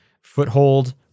foothold